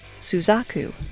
Suzaku